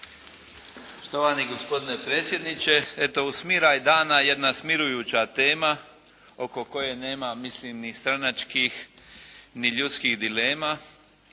Štovani gospodine predsjedniče. Eto u smiraj dana jedna smirujuća tema oko koje nema mislim ni stranačkih ni ljudskih dilema.